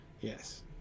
Yes